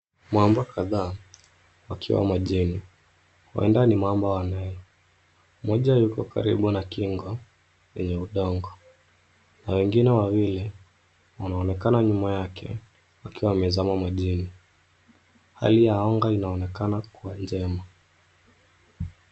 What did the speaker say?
Mamba kadhaa wakiwa majini huenda ni mamba wanne. Moja yuko karibu na kingo kwenye udongo na wengine wawili wanaonekana nyuma yake wakiwa wamezama majini. Hali ya anga inaonekana kuwa njema.